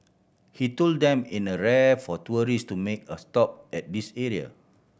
he told them in a rare for tourists to make a stop at this area